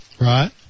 Right